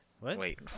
Wait